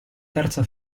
terza